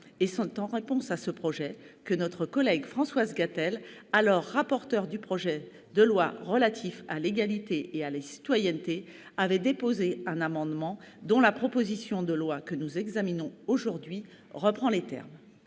privés. En réponse à ce projet, notre collègue Françoise Gatel, alors rapporteur du projet de loi relatif à l'égalité et à la citoyenneté, avait déposé un amendement, dont la proposition de loi examinée aujourd'hui reprend les termes.